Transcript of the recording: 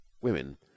women